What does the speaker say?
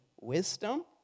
wisdom